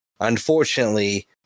Unfortunately